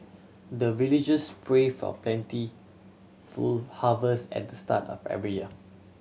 the villagers pray for plentiful harvest at the start of every year